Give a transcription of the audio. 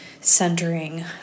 centering